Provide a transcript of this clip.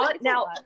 now